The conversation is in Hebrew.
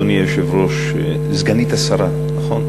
אדוני היושב-ראש, סגנית השרה, נכון?